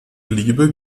liebe